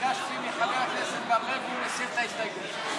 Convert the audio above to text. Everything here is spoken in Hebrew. ביקשתי מחבר הכנסת בר-לב והוא מסיר את ההסתייגות.